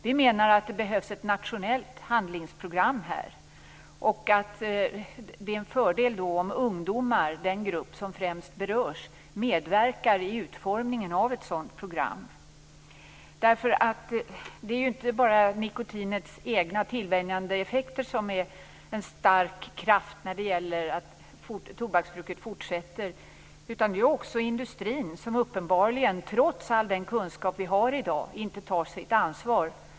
Vi menar att det behövs ett nationellt handlingsprogram här och att det är en fördel om ungdomarna, den grupp som främst berörs, medverkar till utformningen av ett sådant program. Det är ju inte bara nikotinets egna tillvänjande effekter som är en stark kraft när det gäller det fortsatta tobaksbruket, utan det är också så att industrin uppenbarligen, trots all kunskap som i dag finns, inte tar sitt ansvar.